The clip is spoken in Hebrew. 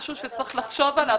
משהו שצריך לחשוב עליו.